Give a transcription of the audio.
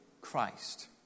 Christ